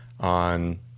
on